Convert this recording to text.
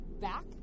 Back